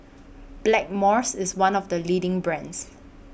Blackmores IS one of The leading brands